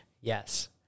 Yes